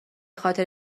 خاطر